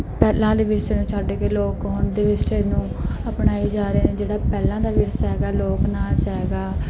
ਪਹਿਲਾਂ ਵਾਲੇ ਵਿਰਸੇ ਨੂੰ ਛੱਡ ਕੇ ਲੋਕ ਹੁਣ ਦੇ ਵਿਰਸੇ ਨੂੰ ਅਪਣਾਈ ਜਾ ਰਹੇ ਹਨ ਜਿਹੜਾ ਪਹਿਲਾਂ ਦਾ ਵਿਰਸਾ ਹੈਗਾ ਲੋਕ ਨਾਚ ਹੈਗਾ